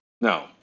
No